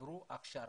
עברו הכשרה,